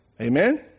Amen